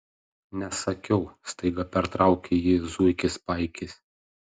nesakiau staiga pertraukė jį zuikis paikis